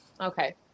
Okay